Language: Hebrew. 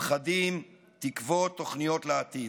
פחדים, תקוות, תוכניות לעתיד.